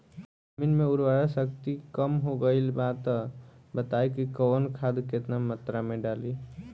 जमीन के उर्वारा शक्ति कम हो गेल बा तऽ बताईं कि कवन खाद केतना मत्रा में डालि?